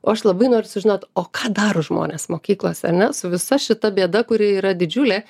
o aš labai noriu sužinot o ką daro žmonės mokyklose ar ne su visa šita bėda kuri yra didžiulė